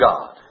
God